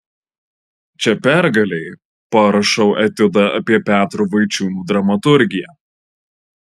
čia pergalei parašau etiudą apie petro vaičiūno dramaturgiją